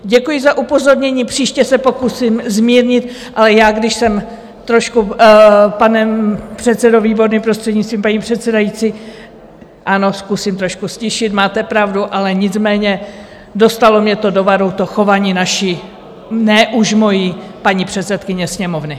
Děkuji za upozornění, příště se pokusím zmírnit, ale já když jsem trošku, pane předsedo Výborný, prostřednictvím paní předsedající, ano, zkusím trošku ztišit, máte pravdu, ale nicméně dostalo mě do varu to chování naší ne už mojí paní předsedkyně Sněmovny.